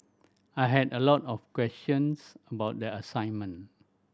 I had a lot of questions about the assignment